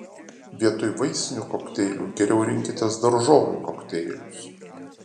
vietoj vaisinių kokteilių geriau rinkitės daržovių kokteilius